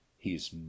He's